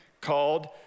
called